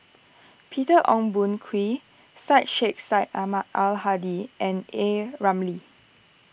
Peter Ong Boon Kwee Syed Sheikh Syed Ahmad Al Hadi and A Ramli